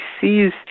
sees